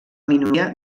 minoria